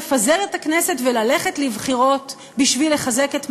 לפזר את הכנסת וללכת לבחירות בשביל לחזק את מעמדו,